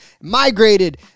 migrated